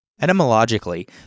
Etymologically